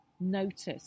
notice